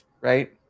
right